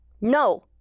No